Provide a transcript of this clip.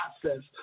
process